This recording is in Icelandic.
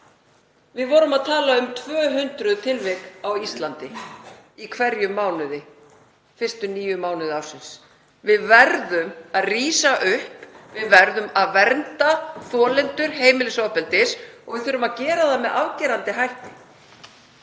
Við vorum að tala um 200 tilvik á Íslandi í hverjum mánuði fyrstu níu mánuði ársins. Við verðum að rísa upp. Við verðum að vernda þolendur heimilisofbeldis og við þurfum að gera það með afgerandi hætti.